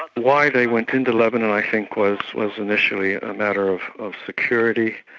why they went into lebanon i think was was initially a matter of of security.